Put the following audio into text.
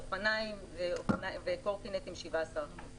אופניים וקורקינטים 17%. (שקף: